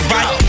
Right